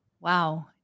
Wow